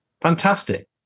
fantastic